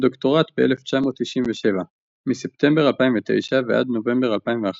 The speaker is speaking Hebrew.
הדוקטורט ב-1997 מספטמבר 2009 ועד נובמבר 2011